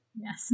Yes